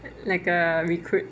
like a recruit